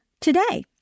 today